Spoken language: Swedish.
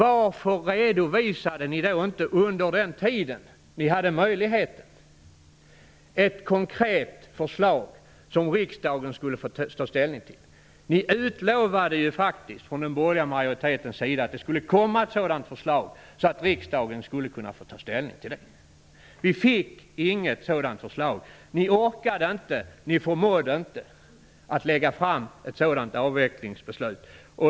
Varför redovisade ni inte, under den tid då ni hade möjlighet, ett konkret förslag som riksdagen kunde få ta ställning till? Ni utlovade faktiskt, från den borgerliga majoritetens sida, att det skulle komma ett sådant förslag, så att riksdagen skulle kunna ta ställning till det. Vi fick inget sådant förslag. Ni orkade inte. Ni förmådde inte lägga fram ett sådant avvecklingsförslag.